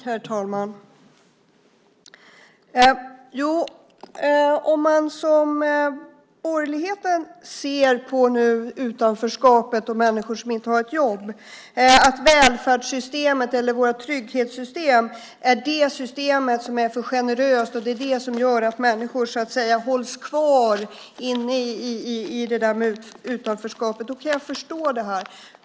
Herr talman! Om man, som borgerligheten, ser på utanförskapet och människor som inte har ett jobb på så sätt att välfärdssystemet eller våra trygghetssystem är de system som är för generösa och det som gör att människor hålls kvar i utanförskap, då kan jag förstå det här.